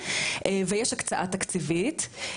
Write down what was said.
ויש הקצאה תקציבית.